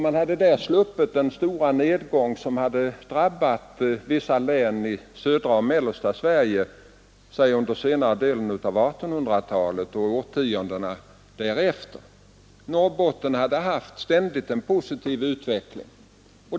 Man hade där sluppit den stora nedgång som drabbade vissa län i södra och mellersta Sverige under senare delen av 1800-talet och årtiondena därefter. Norrbotten hade ständigt haft en positiv utveckling.